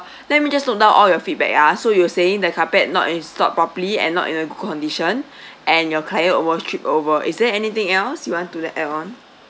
let me just note down all your feedback ah so you were saying the carpet not installed properly and not in a condition and your client almost tripped over is there anything else you want to add on